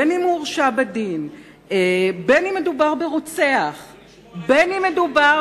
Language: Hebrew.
בין אם הוא הורשע בדין, בין אם מדובר